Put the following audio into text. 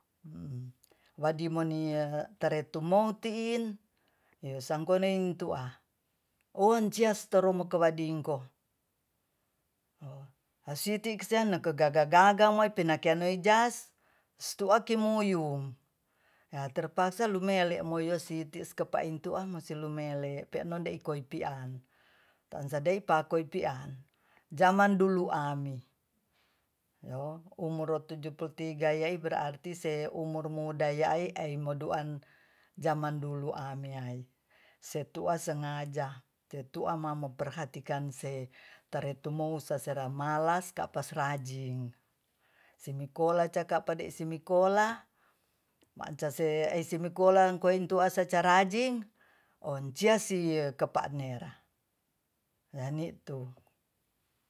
wadimoniye tere tumou ti'in to sangkoneing tu'a oncias toromoko wadingko hasitikian neke gaga-gaga moipinakiannoi jas stuaki muyung ya terpaksa lumele moyos siti skepa intu'a mosilumele peanondikoipian tansadaipa iko ipi'an jama dulu ami umuro tujuhpuluh tiga yai berarti se umur muda ya'ai ai moduan jaman dulu ameyai setu'a sengaja setu'a mamo perhatikan se tare tumou sasera malas ka'pas rajing simikola cakapade simikola maancaseisimikola koingtu'a saca rajing onciassi kepa'nera yani'tu